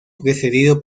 precedido